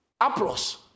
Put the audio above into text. applause